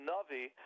Navi